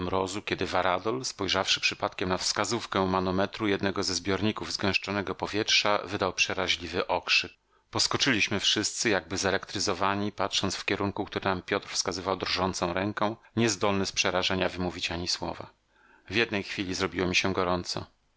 mrozu kiedy varadol spojrzawszy przypadkiem na wskazówkę manometru jednego ze zbiorników zgęszczonego powietrza wydał przeraźliwy okrzyk poskoczyliśmy wszyscy jakby zelektryzowani patrząc w kierunku który nam piotr wskazywał drżącą ręką niezdolny z przerażenia wymówić ni słowa w jednej chwili zrobiło mi się gorąco